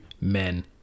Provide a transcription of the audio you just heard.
men